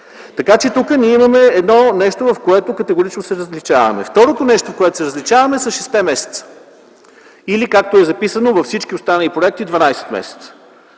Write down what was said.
Така че тук ние имаме едно нещо, по което категорично се различаваме. Второто нещо, по което се различаваме, са шестте месеца или, както е записано във всички останали проекти – 12 месеца.